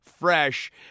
fresh